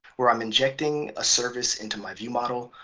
where i'm injecting a service into my viewmodel.